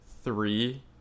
three